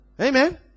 Amen